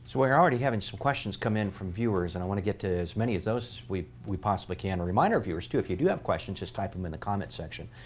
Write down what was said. we're already having some questions come in from viewers. and i want to get to as many as those we we possibly can. remind our viewers, too, if you do have questions, just type them in the comments section.